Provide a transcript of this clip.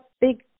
big